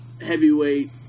heavyweight